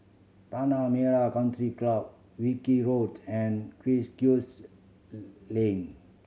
Tanah Merah Country Club Wilkie Road and Link